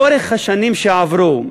לאורך השנים שעברו,